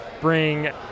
bring